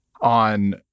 On